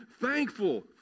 thankful